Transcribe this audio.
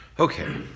Okay